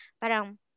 Parang